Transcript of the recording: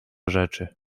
rzeczy